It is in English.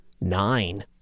nine